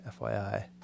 FYI